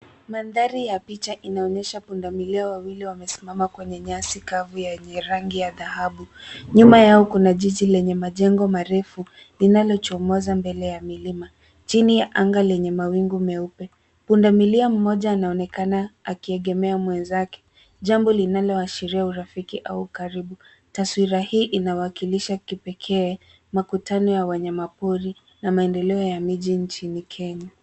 Mandhari ya picha inaonyesha punda milia wawili wamesimama kwenye nyasi kavu yenye rangi ya dhahabu. Nyuma yao kuna jiji lenye majengo marefu, linalochomoza mbele ya milima, chini ya anga lenye mawingu meupe. Punda milia mmoja anaonekana akiegemea mwenzake, jambo linaloashiria urafiki au ukaribu. Taswira hii inawakilisha kipekee, makutano ya wanyama pori na maendeleo ya miji nchini Kenya.